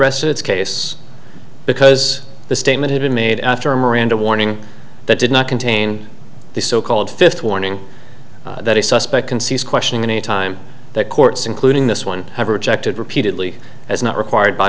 rested its case because the statement had been made after a miranda warning that did not contain the so called fifth warning that a suspect can seize questioning any time that courts including this one have rejected repeatedly as not required by